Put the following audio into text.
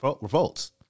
revolts